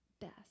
best